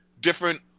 different